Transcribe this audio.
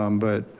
um but